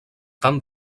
tant